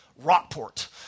Rockport